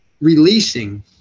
releasing